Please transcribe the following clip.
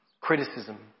criticism